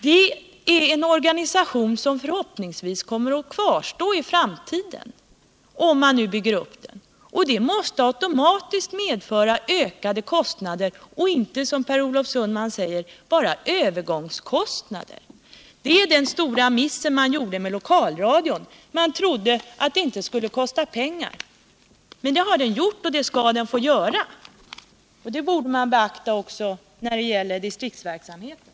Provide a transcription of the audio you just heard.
Det är en organisation som förhoppningsvis kommer att kvarstå i framtiden, om man nu bygger upp den, och det måste automatiskt medföra ökade kostnader och inte, som Per Olof Sundman säger, bara övergångskostnader. Det är den stora miss man gjorde med lokalradion: man trodde att det inte skulle kosta pengar. Men det har den gjort och det skall den få göra. Det borde man beakta också när det gäller distriktsverksamheten.